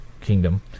kingdom